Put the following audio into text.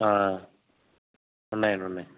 ఉన్నాయండి ఉన్నాయి